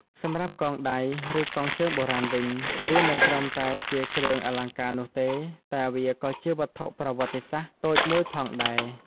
សម្រាប់ កងដៃ ឬកងជើងបុរាណ វិញ វាមិនត្រឹមតែជាគ្រឿងអលង្ការនោះទេ តែវាក៏ជា វត្ថុប្រវត្តិសាស្ត្រ តូចមួយផងដែរ។